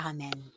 Amen